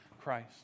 Christ